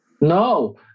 No